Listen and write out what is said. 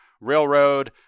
Railroad